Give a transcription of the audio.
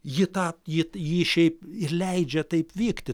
ji tą ji ji šiaip ir leidžia taip vykti